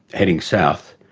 heading south,